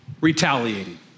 retaliating